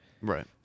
Right